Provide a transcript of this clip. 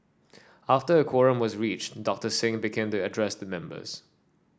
after a quorum was reached Doctor Singh began to address the members